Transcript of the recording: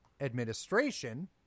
administration